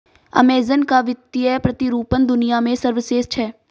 Amazon का वित्तीय प्रतिरूपण दुनिया में सर्वश्रेष्ठ है